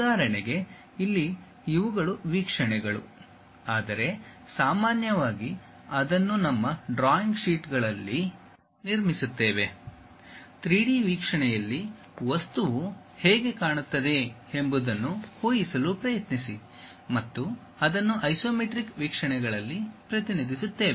ಉದಾಹರಣೆಗೆ ಇಲ್ಲಿ ಇವುಗಳು ವೀಕ್ಷಣೆಗಳು ಆದರೆ ಸಾಮಾನ್ಯವಾಗಿ ನಾವು ಅದನ್ನು ನಮ್ಮ ಡ್ರಾಯಿಂಗ್ ಶೀಟ್ಗಳಲ್ಲಿ ನಿರ್ಮಿಸುತ್ತೇವೆ 3Dವೀಕ್ಷಣೆಯಲ್ಲಿ ವಸ್ತುವು ಹೇಗೆ ಕಾಣುತ್ತದೆ ಎಂಬುದನ್ನು ಊಹಿಸಲು ಪ್ರಯತ್ನಿಸಿ ಮತ್ತು ಅದನ್ನು ಐಸೊಮೆಟ್ರಿಕ್ ವೀಕ್ಷಣೆಗಳಲ್ಲಿ ಪ್ರತಿನಿಧಿಸುತ್ತೇವೆ